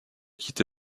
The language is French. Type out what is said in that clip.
quitté